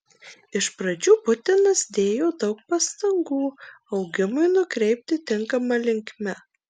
iš pradžių putinas dėjo daug pastangų augimui nukreipti tinkama linkme